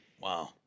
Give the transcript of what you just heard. Wow